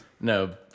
No